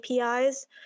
APIs